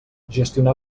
gestionar